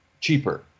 cheaper